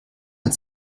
mit